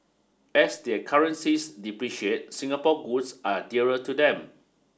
as their currencies depreciate Singapore goods are dearer to them